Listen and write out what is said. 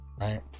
Right